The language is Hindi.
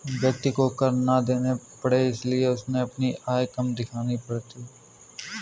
व्यक्ति को कर ना देना पड़े इसलिए उसे अपनी आय कम दिखानी पड़ती है